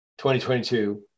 2022